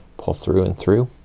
pull through and through.